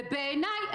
ובעיניי,